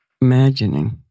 imagining